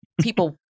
people-